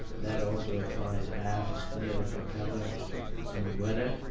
that also applies aft near the propeller and the rudder.